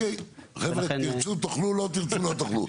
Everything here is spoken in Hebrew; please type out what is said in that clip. אוקיי, חבר'ה תרצו תוכלו לא תרצו לא תוכלו.